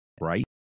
right